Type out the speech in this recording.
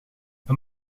een